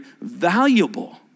valuable